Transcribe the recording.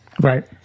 right